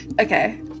Okay